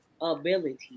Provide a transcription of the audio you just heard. ability